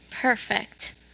Perfect